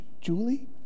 Julie